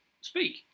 speak